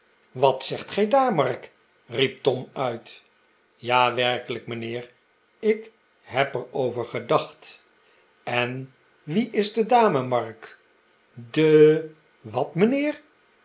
wat zegt gij daar mark riep tom uit ja werkelijk mijnheer ik heb er over gedacht en wie is de dame mark de wat mijnheer